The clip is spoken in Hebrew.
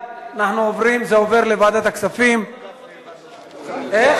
אנחנו עוברים לנושא הבא,